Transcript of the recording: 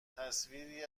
تصویری